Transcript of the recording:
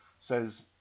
says